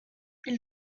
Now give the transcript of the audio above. ils